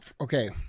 okay